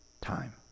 time